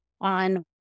on